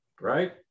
right